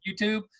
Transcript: YouTube